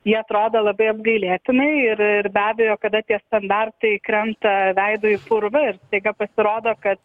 jie atrodo labai apgailėtinai ir ir be abejo kada tie standartai krenta veidu į purvą ir staiga pasirodo kad